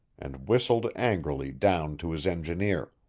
and whistled angrily down to his engineer.